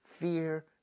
Fear